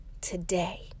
today